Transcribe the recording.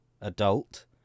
adult